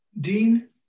Dean